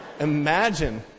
Imagine